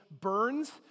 burns